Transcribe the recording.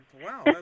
Wow